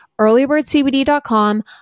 earlybirdcbd.com